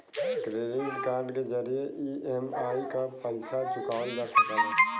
credit card के जरिये EMI क पइसा चुकावल जा सकला